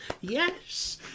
Yes